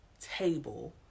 table